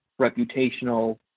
reputational